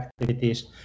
activities